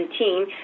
2017